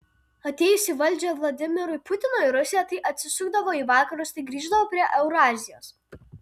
atėjus į valdžią vladimirui putinui rusija tai atsisukdavo į vakarus tai grįždavo prie eurazijos